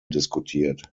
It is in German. diskutiert